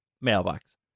mailbox